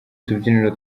tubyiniro